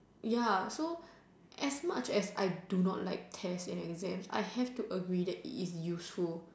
ya so as much as I do not like test and exam I have to agree that it is useful